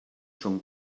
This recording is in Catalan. són